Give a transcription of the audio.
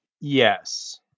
yes